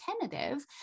tentative